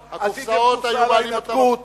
הקופסאות היו, עשיתם קופסה להתנתקות